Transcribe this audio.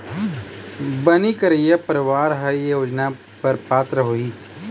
बनी करइया परवार ह ए योजना बर पात्र होही